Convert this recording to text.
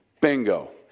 bingo